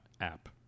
app